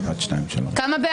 מי נגד?